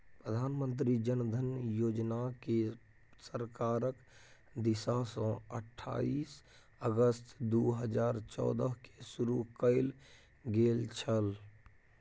प्रधानमंत्री जन धन योजनाकेँ सरकारक दिससँ अट्ठाईस अगस्त दू हजार चौदहकेँ शुरू कैल गेल छल